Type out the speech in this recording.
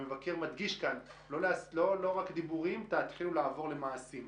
המבקר מדגיש כאן: לא רק דיבורים תתחילו לעבור למעשים.